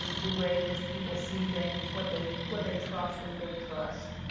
ah the way in which people see things, what they what they trust and don't trust,